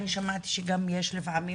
אני שמעתי שגם יש לפעמים,